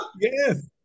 Yes